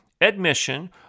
admission